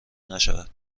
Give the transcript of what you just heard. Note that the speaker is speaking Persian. نشوند